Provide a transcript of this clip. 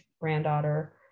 granddaughter